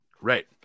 Right